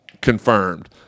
confirmed